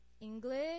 English